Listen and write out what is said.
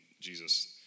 Jesus